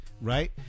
right